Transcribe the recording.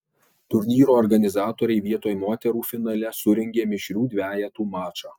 turnyro organizatoriai vietoj moterų finale surengė mišrių dvejetų mačą